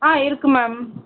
ஆ இருக்குது மேம்